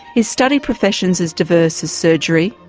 he's studied professions as diverse as surgery,